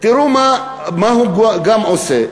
תראו מה הוא גם עושה,